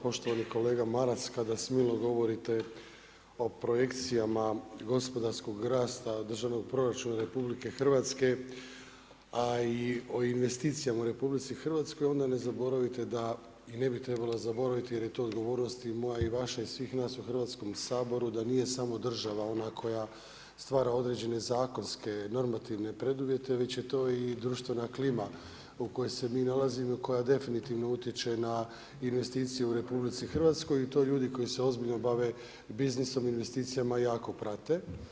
Poštovani kolega Maras, kada smilo govorite o projekcijama gospodarskog rasta državnog proračuna RH a i o investicijama u RH onda ne zaboravite da i ne bi trebalo zaboraviti jer je to odgovornost i moja i vaša i svih nas u Hrvatskom saboru da nije samo država ona koja stvara određene zakonske normativne preduvjete već je to i društvena klima u kojoj se mi nalazimo i koja definitivno utječe na investicije u RH i to ljudi koji se ozbiljno bave biznisom i investicijama jako prate.